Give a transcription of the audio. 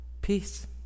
Peace